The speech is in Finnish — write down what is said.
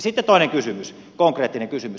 sitten toinen kysymys konkreettinen kysymys